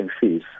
fees